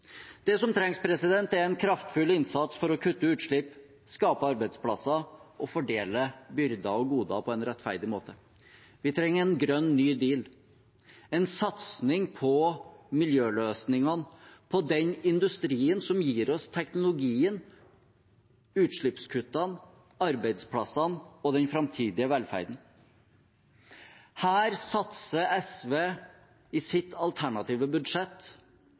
Det som trengs, er en kraftfull innsats for å kutte utslipp, skape arbeidsplasser og fordele byrder og goder på en rettferdig måte. Vi trenger en grønn ny deal, en satsing på miljøløsningene, på den industrien som gir oss teknologien, utslippskuttene, arbeidsplassene og den framtidige velferden. Her satser SV i sitt alternative budsjett